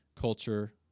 culture